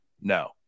no